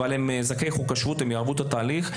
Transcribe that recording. אבל הם זכאי חוק השבות ויעברו את התהליך.